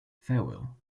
farewell